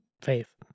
faith